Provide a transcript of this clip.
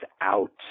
out